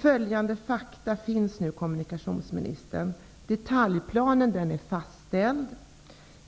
Följande fakta finns, kommunikationsministern: Detaljplanen är fastställd,